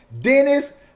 Dennis